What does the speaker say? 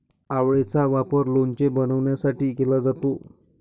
आवळेचा वापर लोणचे बनवण्यासाठी केला जातो